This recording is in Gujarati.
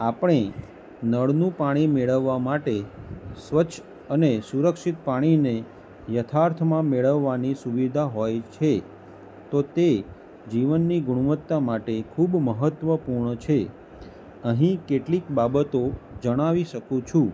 આપણે નળનું પાણી મેળવવા માટે સ્વચ્છ અને સુરક્ષિત પાણીને યથાર્થમાં મેળવવાની સુવિધા હોય છે તો તે જીવનની ગુણવત્તા માટે ખૂબ મહત્ત્વપૂર્ણ છે અહીં કેટલીક બાબતો જણાવી શકું છું